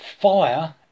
fire